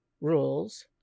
rules